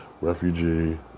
refugee